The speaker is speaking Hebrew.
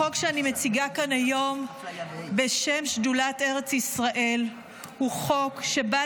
החוק שאני מציגה כאן היום בשם שדולת ארץ ישראל הוא חוק שבא